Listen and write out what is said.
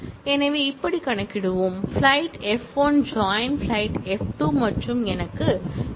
இதை இப்படி கணக்கிடுவோம் flight f1 join flight f2 மற்றும் எனக்கு f1